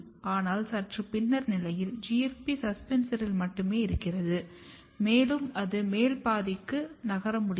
ஆனால் சற்று பின்னர் நிலை GFP சஸ்பென்சரில் மட்டுமே இருக்கிறது மேலும் அது மேல் பகுதிக்கு நகர முடியாது